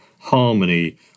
harmony